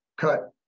cut